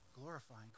glorifying